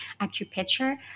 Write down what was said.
acupuncture